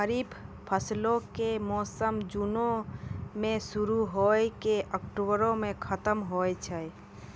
खरीफ फसलो के मौसम जूनो मे शुरु होय के अक्टुबरो मे खतम होय छै